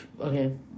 Okay